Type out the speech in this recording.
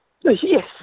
yes